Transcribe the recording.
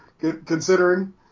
considering